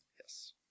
Yes